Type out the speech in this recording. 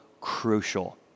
crucial